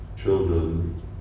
Children